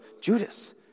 Judas